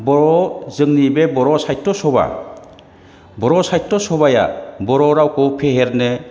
बर' जोंनि बे बर' सायत' सभा बर' सायत' सभाया बर' रावखौ फेहेरनो